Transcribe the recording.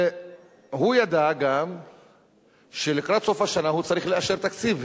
והוא ידע גם שלקראת סוף השנה הוא צריך לאשר תקציב,